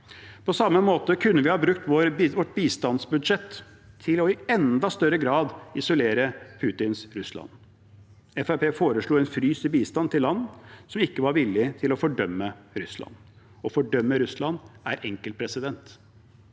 På samme måte kunne vi ha brukt vårt bistandsbudsjett til i enda større grad å isolere Putins Russland. Fremskrittspartiet foreslo frys i bistanden til land som ikke var villig til å fordømme Russland. Å fordømme Russland er enkelt.